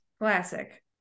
Classic